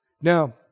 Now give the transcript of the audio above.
Now